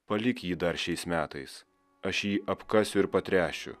palik jį dar šiais metais aš jį apkasiu ir patręšiu